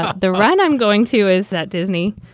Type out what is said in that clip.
ah the right i'm going to is at disney.